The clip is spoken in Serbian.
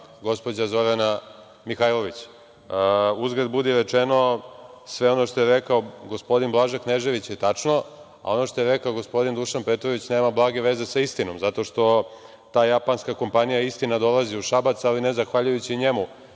gospođa Zorana Mihajlović. Uzgred budi rečeno, sve ono što je rekao gospodin Blaža Knežević je tačno, a ono što je rekao gospodin Dušan Petrović nema blage veze sa istinom zato što ta japanska kompanija, istina, dolazi u Šabac, ali ne zahvaljujući njemu